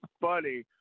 funny